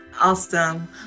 Awesome